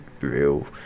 real